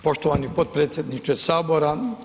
Poštovani potpredsjedniče Sabora.